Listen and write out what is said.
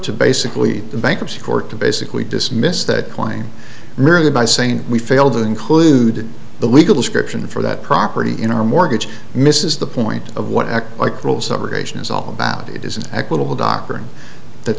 to basically the bankruptcy court to basically dismiss that claim merely by saying we failed to include the legal scription for that property in our mortgage misses the point of what i like rules operation is all about it is an equitable